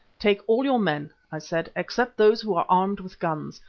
take all your men, i said, except those who are armed with guns.